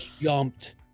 jumped